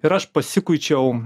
ir aš pasikuičiau